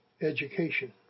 education